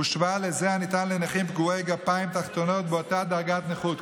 הושווה לזה הניתן לנכים פגועי גפיים תחתונות באותה דרגת נכות.